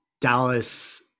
dallas